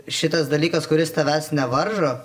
šitas dalykas kuris tavęs nevaržo